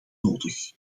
nodig